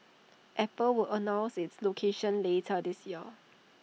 Apple will announce its location later this year